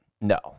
No